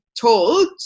told